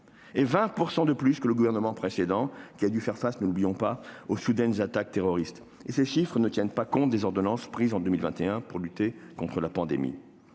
était sous le gouvernement de M. Valls, qui a dû faire face, ne l'oublions pas, aux attaques terroristes. Et ces chiffres ne tiennent pas compte des ordonnances prises en 2021 pour lutter contre la pandémie.